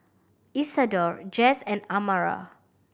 Isidor Jess and Amara